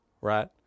right